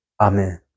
amen